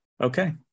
Okay